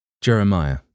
Jeremiah